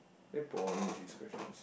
very boring eh these questions